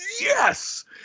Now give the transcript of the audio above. yes